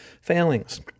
failings